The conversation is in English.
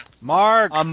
Mark